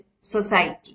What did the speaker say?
society